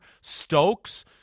Stokes